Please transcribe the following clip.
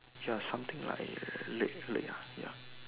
ya something like leg leg uh ya